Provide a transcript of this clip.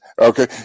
Okay